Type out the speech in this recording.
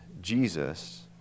Jesus